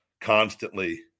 constantly